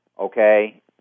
Okay